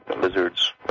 lizards